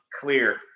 clear